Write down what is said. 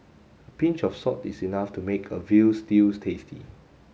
a pinch of salt is enough to make a veal stews tasty